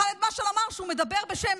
חאלד משעל אמר שהוא מדבר בשם